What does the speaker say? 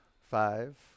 Five